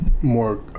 more